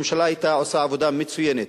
הממשלה היתה עושה עבודה מצוינת.